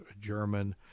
German